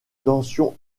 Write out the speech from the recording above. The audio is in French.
tensions